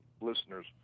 listeners